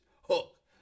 Hook